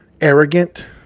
arrogant